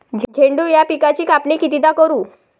झेंडू या पिकाची कापनी कितीदा करू?